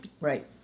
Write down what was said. right